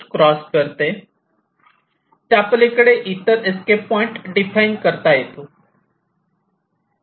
त्यापलीकडे इतर escape point define करता येतो